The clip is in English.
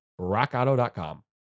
Rockauto.com